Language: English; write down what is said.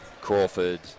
Crawford